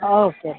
ಹಾಂ ಓಕೆ